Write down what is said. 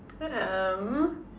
um